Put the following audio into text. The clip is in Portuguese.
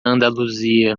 andaluzia